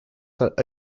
that